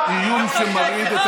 לא צועקים.